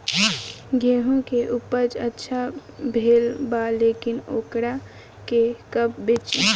गेहूं के उपज अच्छा भेल बा लेकिन वोकरा के कब बेची?